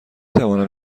توانم